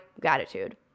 gratitude